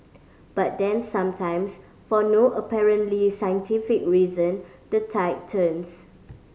but then sometimes for no apparently scientific reason the tide turns